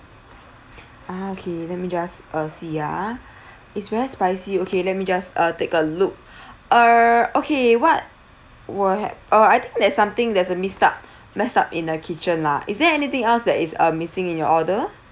ah okay let me just uh see ah it's very spicy okay let me just uh take a look err okay what were had uh I think there's something there's a missed up messed up in the kitchen lah is there anything else that is uh missing in your order